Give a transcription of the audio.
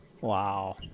Wow